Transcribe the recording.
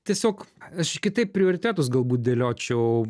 tiesiog aš kitaip prioritetus galbūt dėliočiau